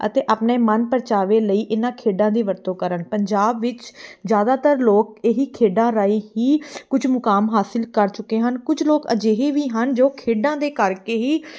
ਅਤੇ ਆਪਣੇ ਮਨ ਪਰਚਾਵੇ ਲਈ ਇਹਨਾਂ ਖੇਡਾਂ ਦੀ ਵਰਤੋਂ ਕਰਨ ਪੰਜਾਬ ਵਿੱਚ ਜ਼ਿਆਦਾਤਰ ਲੋਕ ਇਹੀ ਖੇਡਾਂ ਰਾਹੀਂ ਹੀ ਕੁਛ ਮੁਕਾਮ ਹਾਸਿਲ ਕਰ ਚੁੱਕੇ ਹਨ ਕੁਛ ਲੋਕ ਅਜਿਹੇ ਵੀ ਹਨ ਜੋ ਖੇਡਾਂ ਦੇ ਕਰਕੇ ਹੀ